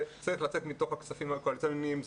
זה צריך לצאת מתוך הכספים הקואליציוניים,